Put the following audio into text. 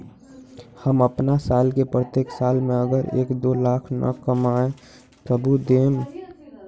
हम अपन साल के प्रत्येक साल मे अगर एक, दो लाख न कमाये तवु देम?